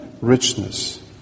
richness